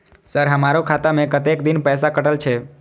Sir हमारो खाता में कतेक दिन पैसा कटल छे?